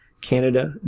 Canada